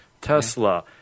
Tesla